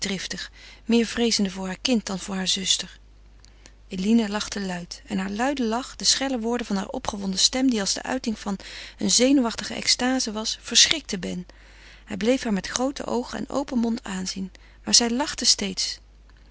meer vreezende voor haar kind dan voor hare zuster eline lachte luid en haar luide lach de schelle woorden van haar opgewonden stem die als de uiting eener zenuwachtige extaze was verschrikten ben hij bleef haar met groote oogen en open mond aanzien maar zij lachte steeds